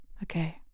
Okay